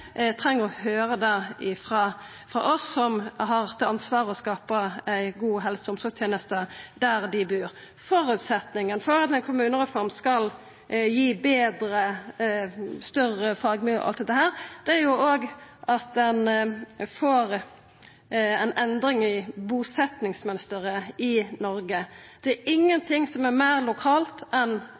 treng å høyra det frå oss som har ansvaret for å skapa gode helse- og omsorgstenester der dei bur. Føresetnaden for at ei kommunereform skal gi betre og større fagmiljø, er at ein får ei endring i busetjingsmønsteret i Noreg. Det er ingenting som er meir lokalt enn